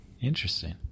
Interesting